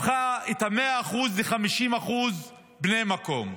הפכה את ה-100% ל-50% בני מקום.